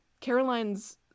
caroline's